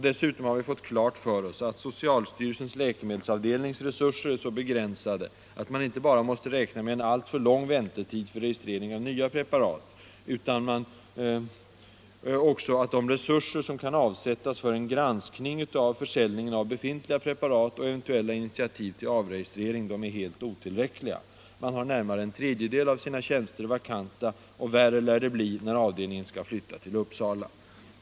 Dessutom har vi fått klart för oss att socialstyrelsens läkemedelsavdelnings resurser är så begränsade, att man inte bara måste räkna med en alltför lång väntetid för registrering av nya preparat, utan också att de resurser som kan avsättas för granskning av försäljningen av befintliga preparat, och eventuella initiativ till avregistrering, är helt otillräckliga. Man har närmare en tredjedel av sina tjänster vakanta, och värre lär det bli när avdelningen skall flytta till Uppsala.